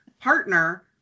partner